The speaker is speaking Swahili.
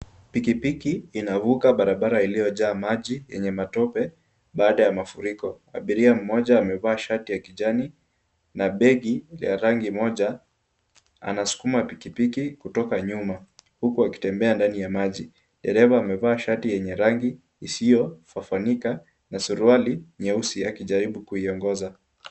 Pikipiki inavuka barabara iliyojaa maji yenye matope baada ya mafuriko. Abiria mmoja amevaa shati ya kijani na begi la rangi moja anasukuma pikipiki kutoka nyuma huku akitembea ndani ya maji. Dereva amevaa shati yenye rangi isiyofafanika na suruali nyeusi akijaribu kuiongoza.